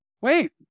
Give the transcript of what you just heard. wait